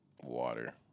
water